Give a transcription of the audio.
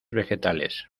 vegetales